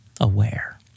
aware